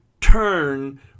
turn